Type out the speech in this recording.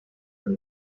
منو